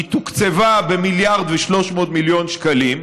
והיא תוקצבה במיליארד ו-300 מיליון שקלים.